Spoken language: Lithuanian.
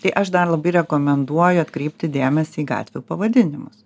tai aš dar labai rekomenduoju atkreipti dėmesį į gatvių pavadinimus